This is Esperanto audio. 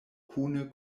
kune